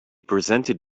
presented